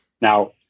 Now